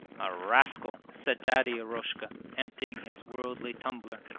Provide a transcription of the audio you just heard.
a rascal said daddy eroshka, emptying his worldly tumbler.